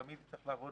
תמיד צריך לעבוד